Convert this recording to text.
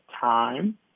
time